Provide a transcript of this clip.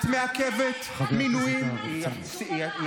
ניסית למנות את